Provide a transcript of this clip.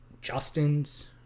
Justin's